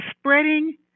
spreading